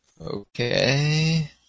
Okay